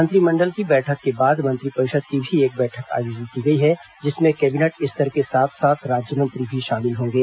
मंत्रिमंडल की बैठक के बाद मंत्रिपरिषद की भी एक बैठक आयोजित की गई है जिसमें कैबिनेट स्तर के साथ साथ राज्य मंत्री भी शामिल होंगे